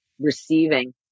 receiving